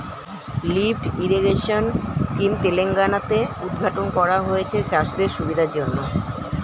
lift irrigation scheme Telangana তে উদ্ঘাটন করা হয়েছে চাষিদের সুবিধার জন্যে